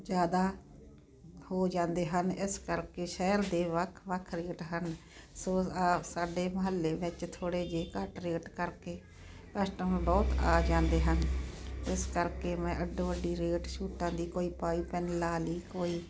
ਜ਼ਿਆਦਾ ਹੋ ਜਾਂਦੇ ਹਨ ਇਸ ਕਰਕੇ ਸ਼ਹਿਰ ਦੇ ਵੱਖ ਵੱਖ ਰੇਟ ਹਨ ਸੋ ਸਾਡੇ ਮੁਹੱਲੇ ਵਿੱਚ ਥੋੜ੍ਹੇ ਜਿਹੇ ਘੱਟ ਰੇਟ ਕਰਕੇ ਕਸਟਮਰ ਬਹੁਤ ਆ ਜਾਂਦੇ ਹਨ ਇਸ ਕਰਕੇ ਮੈਂ ਅੱਡੋ ਅੱਡੀ ਰੇਟ ਸੂਟਾਂ ਦੀ ਕੋਈ ਪਾਈਪਿੰਗ ਲਾ ਲਈ ਕੋਈ